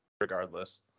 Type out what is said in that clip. regardless